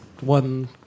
one